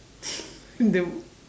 the